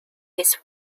his